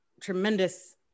tremendous